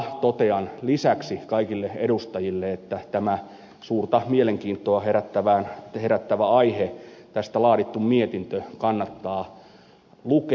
totean lisäksi kaikille edustajille että tämä suurta mielenkiintoa herättävä aihe ja tästä laadittu mietintö kannattaa lukea